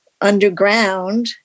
underground